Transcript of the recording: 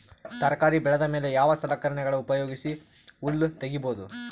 ತರಕಾರಿ ಬೆಳದ ಮೇಲೆ ಯಾವ ಸಲಕರಣೆಗಳ ಉಪಯೋಗಿಸಿ ಹುಲ್ಲ ತಗಿಬಹುದು?